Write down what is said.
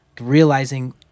Realizing